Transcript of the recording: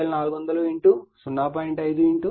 5 cos ∅0 400 అవుతుంది